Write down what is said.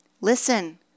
Listen